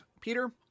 Peter